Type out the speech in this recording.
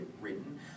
written